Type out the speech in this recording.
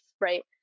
right